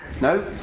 No